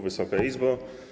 Wysoka Izbo!